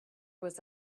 was